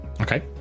Okay